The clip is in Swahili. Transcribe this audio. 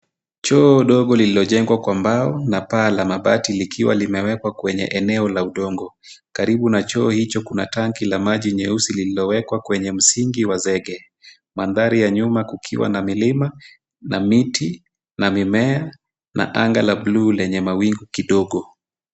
Choo ndogo lililojengwa kwa mbao na paa la mabati likiwa limewekwa kwenye eneo la udongo. Karibu na choo hicho kuna tanki la maji nyeusi lililowekwa kwenye msingi wa zege. Mandhari ya nyuma kukiwa na milima na miti na mimea na anga la buluu lenye mawingu kidogo.